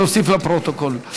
להוסיף לפרוטוקול.